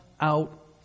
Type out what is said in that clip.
out